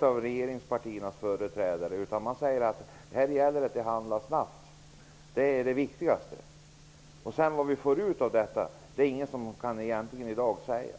av regeringspartiernas företrädare har svarat på frågan, utan man säger att det gäller att handla snabbt. Det är det viktigaste. Vad vi får ut av detta kan ingen i dag säga.